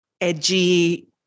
edgy